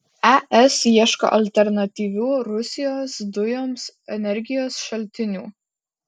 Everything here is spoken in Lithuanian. es ieško alternatyvių rusijos dujoms energijos šaltinių